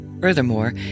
Furthermore